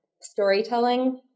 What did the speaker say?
storytelling